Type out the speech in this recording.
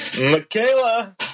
Michaela